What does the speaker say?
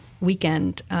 Weekend